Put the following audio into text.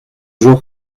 jour